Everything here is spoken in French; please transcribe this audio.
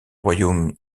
royaume